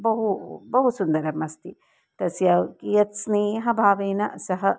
बहु बहु सुन्दरम् अस्ति तस्य कियत् स्नेहभावेन सह